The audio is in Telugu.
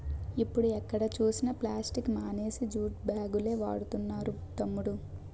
ఇప్పుడు ఎక్కడ చూసినా ప్లాస్టిక్ మానేసి జూట్ బాగులే వాడుతున్నారు తమ్ముడూ